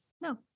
No